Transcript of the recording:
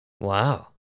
Wow